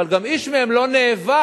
אבל גם איש מהם לא נאבק